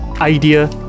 idea